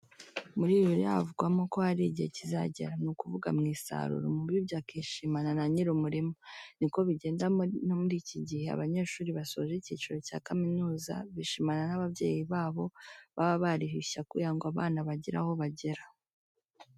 Muri Bibiliya havugwamo ko hari igihe kizagera, ni ukuvuga mu isarura, umubibyi akishimana na nyir'umurima. Niko bigenda no muri iki gihe abanyeshuri basoje icyiciro cya kaminuza bishimana n'ababyeyi babo baba bariyushye akuya ngo abana bagire aho bagera.